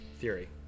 theory